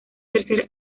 tercer